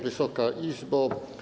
Wysoka Izbo!